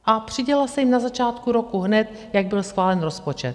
A přidělila se jim na začátku roku, hned jak byl schválen rozpočet.